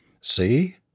See